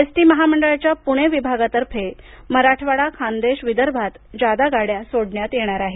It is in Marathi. एसटी महामंडळाच्या पुणे विभागातर्फे मराठवाडा खान्देश विदर्भात जादा गाड्या सोडण्यात येणार आहेत